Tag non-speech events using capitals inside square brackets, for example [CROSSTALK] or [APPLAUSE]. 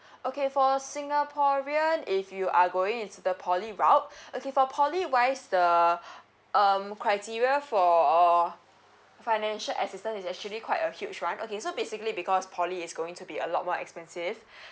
okay for singaporean if you are going into the poly route okay for poly wise the [BREATH] um criteria for uh financial assistance is actually quite a huge run okay so basically because poly is going to be a lot more expensive